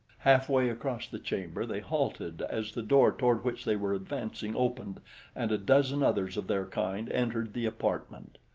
halfway across the chamber they halted as the door toward which they were advancing opened and a dozen others of their kind entered the apartment.